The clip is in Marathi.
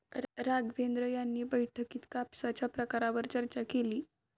राघवेंद्र यांनी बैठकीत कापसाच्या प्रकारांवर चर्चा केली